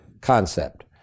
concept